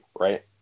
right